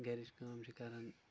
گرِچ کٲم چھ کران